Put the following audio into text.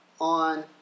on